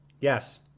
Yes